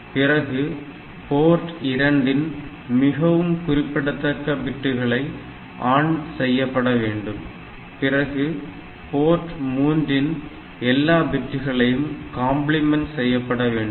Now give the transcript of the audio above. பிறகு போர்ட் 2 இன் மிகவும் குறிப்பிடத்தக்க பிட்டுகளை ஆன் செய்யப்படவேண்டும் பிறகு போர்ட் 3 இன் எல்லா பிட்டுகளையும் காம்ப்ளிமென்ட் செய்யப்பட வேண்டும்